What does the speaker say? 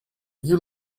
you